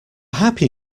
happy